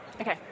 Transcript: Okay